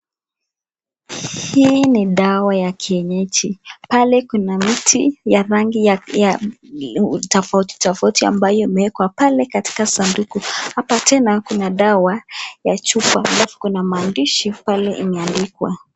Hii ni dawa ya kienyeji pale kuna miti ya rangi tofauti tofauti ambayo imewekwa pale katika sanduku hapa tena kuna dawa ya chupa alafu kuna maandishi imeandikwa.